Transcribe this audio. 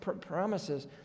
promises